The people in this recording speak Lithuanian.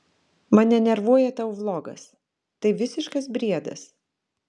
mane nervuoja tavo vlogas tai visiškas briedas